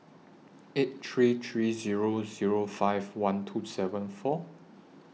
eight three three Zero Zero five one two seven four